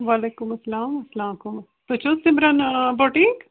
وعلیکُم اسلام اسلامُ علیکُم تُہۍ چھُو حظ سِمرَن بُٹیٖک